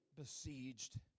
besieged